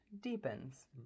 deepens